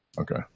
Okay